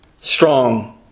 strong